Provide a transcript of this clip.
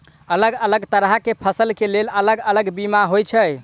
अलग अलग तरह केँ फसल केँ लेल अलग अलग बीमा होइ छै?